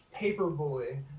Paperboy